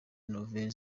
nouvelle